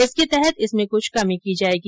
इसके तहत इसमें क्छ कमी की जायेगी